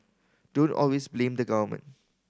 don't always blame the government